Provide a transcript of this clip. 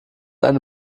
eine